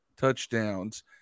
touchdowns